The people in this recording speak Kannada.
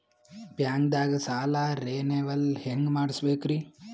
ಬ್ಯಾಂಕ್ದಾಗ ಸಾಲ ರೇನೆವಲ್ ಹೆಂಗ್ ಮಾಡ್ಸಬೇಕರಿ?